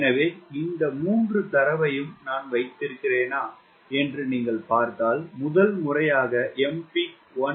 எனவே இந்த மூன்று தரவையும் நான் வைத்திருக்கிறேனா என்று நீங்கள் பார்த்தால் முதல் முறையாக Mpeak 1